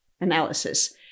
analysis